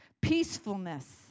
peacefulness